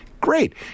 Great